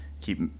keep